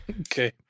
Okay